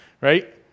right